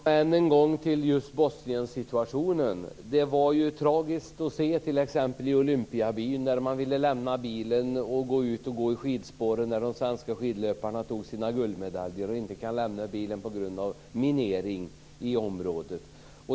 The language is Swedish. Fru talman! Jag vill än en gång återkomma till situationen i Bosnien. Det var ju tragiskt i t.ex. Olympiabyn. Man ville lämna bilen och gå ut och gå i skidspåren där de svenska skidlöparna tog sina guldmedaljer. Men det kunde man inte på grund av minering i området.